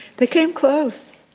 they came close.